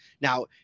now